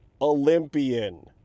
Olympian